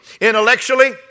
Intellectually